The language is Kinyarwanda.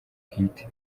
bwite